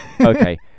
okay